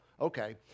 Okay